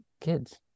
kids